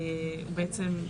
בעצם,